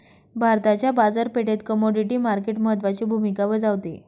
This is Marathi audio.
भारताच्या बाजारपेठेत कमोडिटी मार्केट महत्त्वाची भूमिका बजावते